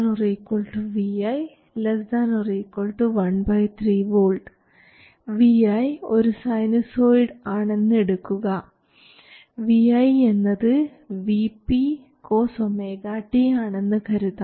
1 V ≤ vi ≤ 13 V vi ഒരു sinusoid ആണെന്ന് എടുക്കുക vi എന്നത് Vp Cosωt ആണെന്നു് കരുതാം